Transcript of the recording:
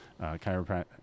chiropractic